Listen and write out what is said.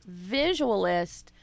visualist